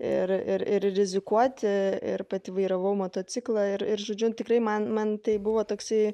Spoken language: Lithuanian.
ir ir ir rizikuoti ir pati vairavau motociklą ir ir žodžiu tikrai man man tai buvo toksai